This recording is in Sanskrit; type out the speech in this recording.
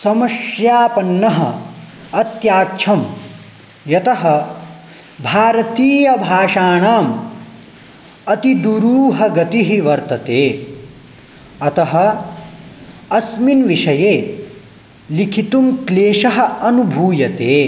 समस्यापन्नः अत्याख्यं यतः भारतीय भाषाणाम् अति दुरुहगतिः वर्तते अतः अस्मिन् विषये लिखितुं क्लेशः अनुभूयते